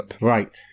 right